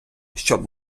щоб